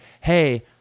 Hey